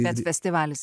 net festivalis